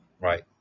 right